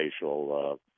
facial